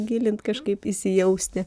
gilint kažkaip įsijausti